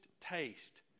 taste